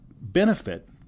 benefit